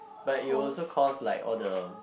but it will also cause like all the